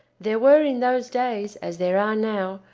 there were in those days, as there are now,